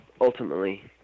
ultimately